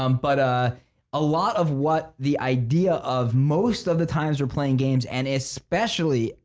um but ah a lot of what the idea of most of the times are playing games and especially?